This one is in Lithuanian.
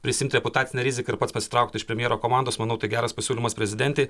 prisiimt reputacinę riziką ir pats pasitraukt iš premjero komandos manau tai geras pasiūlymas prezidentei